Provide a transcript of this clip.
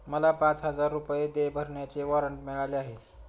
मला पाच हजार रुपये देय भरण्याचे वॉरंट मिळाले आहे